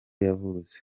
yavutse